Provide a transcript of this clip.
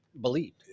believed